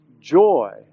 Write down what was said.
joy